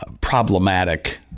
problematic